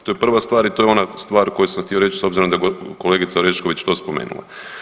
To je prva stvar i to je ona stvar koju sam htio reći s obzirom da je kolegica Orešković to spomenula.